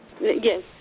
Yes